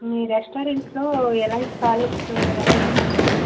మీ రెస్టారెంట్లో ఎలాంటి థాలిన్ వెరైటీస్ ఉన్నాయండి